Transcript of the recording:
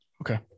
Okay